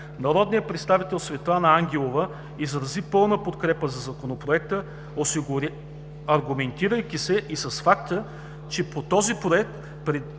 Народният представител Светлана Ангелова изрази пълна подкрепа за Законопроекта, аргументирайки се и с факта, че по този Проект се предлага